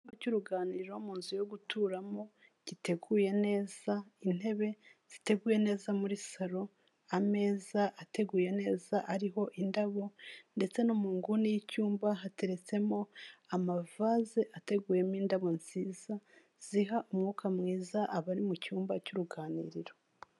Icyumba cy'uruganiriro mu nzu yo guturamo giteguye neza, intebe ziteguye neza muri salo, ameza ateguye neza ariho indabo ndetse no mu nguni y'icyumba hateretsemo amavaze ateguyemo indabo nziza ziha umwuka mwiza abari mu cyumba cy'uruganiriro.